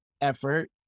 effort